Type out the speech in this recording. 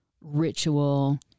ritual